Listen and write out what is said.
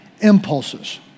impulses